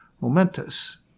momentous